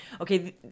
Okay